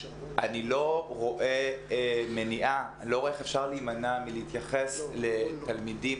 אני לא רואה איך אפשר להימנע מלהתייחס לתלמידים,